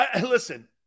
Listen